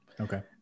Okay